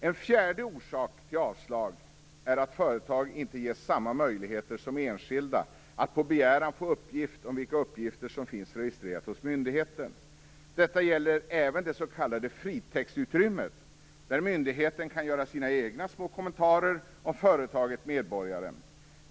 Den fjärde orsaken till avslag är att företag inte ges samma möjligheter som enskilda att på begäran få uppgift om vilka uppgifter som finns registrerade hos myndigheten. Detta gäller även det s.k. fritextutrymmet, där myndigheten kan göra sina egna små kommentarer om företaget eller medborgaren.